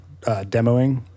demoing